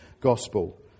gospel